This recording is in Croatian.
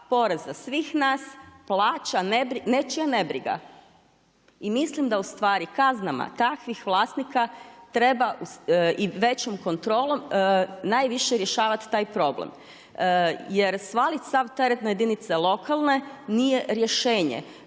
poreza svih nas plaća nečija nebriga. I mislim da ustavi kaznama takvih vlasnika treba i većom kontrolom najviše rješavati taj problem. jer svaliti sav teret na jedinice lokalne nije rješenje.